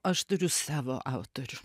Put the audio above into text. aš turiu savo autorių